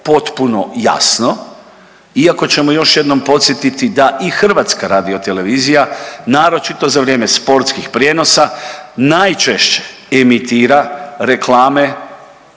potpuno jasno. Iako ćemo još jednom podsjetiti da i HRT naročito za vrijeme sportskih prijenosa najčešće emitira reklame